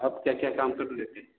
आप क्या क्या काम कर लेते हैं